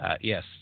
Yes